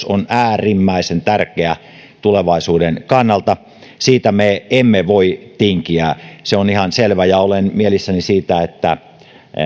on äärimmäisen tärkeä tulevaisuuden kannalta siitä me emme voi tinkiä se on ihan selvä ja olen mielissäni siitä että